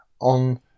on